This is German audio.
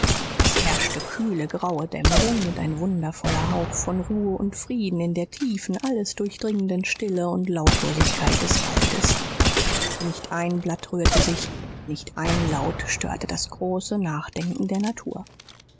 es herrschte kühle graue dämmerung und ein wundervoller hauch von ruhe und frieden in der tiefen alles durchdringenden stille und lautlosigkeit des waldes nicht ein blatt rührte sich nicht ein laut störte das große nachdenken der natur